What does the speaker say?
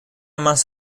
más